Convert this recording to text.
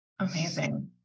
Amazing